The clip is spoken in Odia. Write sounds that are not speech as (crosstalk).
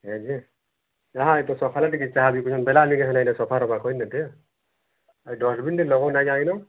ହେଲା ଯେ ଚାହା ଏତେ ସକାଳେ ଟିକେ ଚାହା ବିକୁଛନ୍ତି ତାହାଲେ ନିକେ (unintelligible) ହେଲେ ସଫା ରଖ କହିଲେ ଯେ ଏ ଡଷ୍ଟବିନ୍ଟେ ଲଗଉ ନାଇଁ ଜାଇଁଲ